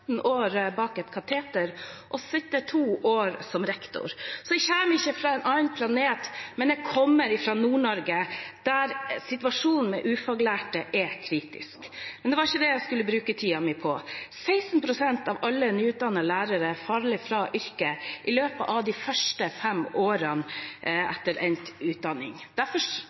bak et kateter og sittet to år som rektor, så jeg kommer ikke fra en annen planet. Men jeg kommer fra Nord-Norge, der situasjonen med ufaglærte er kritisk. Men det var ikke det jeg skulle bruke tiden min på. 16 pst. av alle nyutdannete lærere faller fra yrket i løpet av de første fem årene etter endt utdanning. Derfor